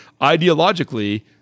ideologically